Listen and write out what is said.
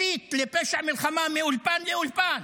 מסית לפשע מלחמה, מאולפן לאולפן.